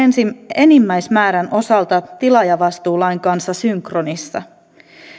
enimmäismäärän osalta tilaajavastuulain kanssa synkronissa